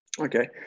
Okay